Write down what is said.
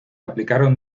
aplicaron